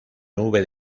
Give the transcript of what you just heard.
nube